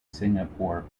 singapore